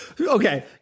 Okay